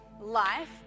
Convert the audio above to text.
life